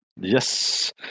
Yes